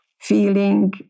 feeling